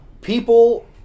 People